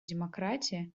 демократия